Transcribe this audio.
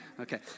Okay